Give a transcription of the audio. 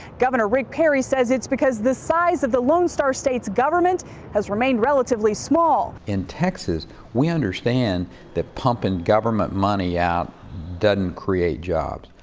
governor rick perry says it's because the size of the lone star state's government has remained relatively small. in texas we understand that pumping government money out doesn't create jobs.